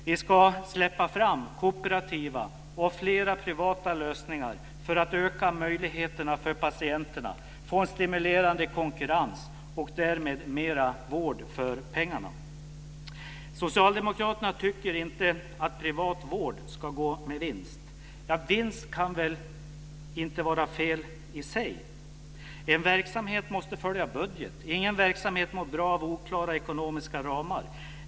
Vi ska släppa fram kooperativa och fler privata lösningar för att öka valmöjligheterna för patienterna, få en stimulerande konkurrens och därmed få mer vård för pengarna. Socialdemokraterna tycker inte att privat vård ska gå med vinst. Vinst kan väl inte vara fel i sig. En verksamhet måste följa budget. Ingen verksamhet mår bra av oklara ekonomiska ramar.